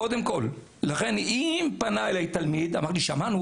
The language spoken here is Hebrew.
לכן אם פנה אליי תלמיד ואמר לי: שמענו,